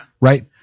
Right